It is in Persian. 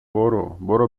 برو، برو